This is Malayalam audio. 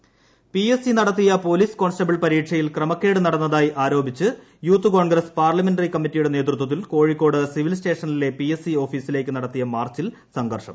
C march P S C നടത്തിയ പോലിസ് കോൺസ്റ്റബിൾ പരീക്ഷയിൽ ക്രമക്കേട് നടന്നതായി ആരോപിച്ച് യൂത്ത് കോൺഗ്രസ് പാർലമെന്ററി കമ്മറ്റിയുടെ നേതൃത്വത്തിൽ കോഴിക്കോട് സിവിൽസ്റ്റേഷനിലെ പി എസ് സി ഓഫിസിലേക്ക് നടത്തിയ മാർച്ചിൽ സംഘർഷം